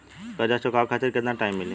कर्जा चुकावे खातिर केतना टाइम मिली?